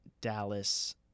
Dallas